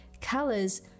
colors